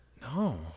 No